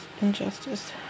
injustice